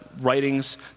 writings